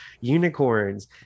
unicorns